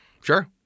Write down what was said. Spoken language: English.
Sure